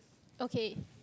okay